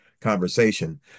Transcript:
conversation